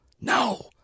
No